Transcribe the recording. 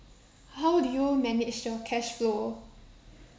how do you manage your cash flow